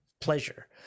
pleasure